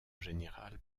général